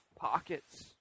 pockets